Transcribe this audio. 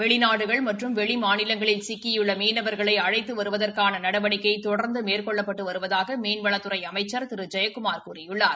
வெளிநாடுகள் மற்றும் வெளிமாநிலங்களில் சிக்கியுள்ள மீனவர்களை அழைத்து வருவதற்கான நடவடிக்கை தொடர்ந்து மேற்கொள்ளப்பட்டு வருவதாக மீன்வளத்துறை அமைச்சா் திரு ஜெயக்குமாா கூறியுள்ளார்